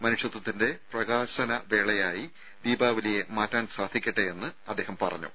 മനുഷ്യത്വത്തിന്റെ പ്രകാശനവേളയാക്കി ദീപാവലിയെ മാറ്റാൻ സാധിക്കട്ടെ എന്ന് അദ്ദേഹം പറഞ്ഞു